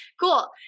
cool